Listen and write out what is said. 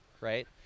right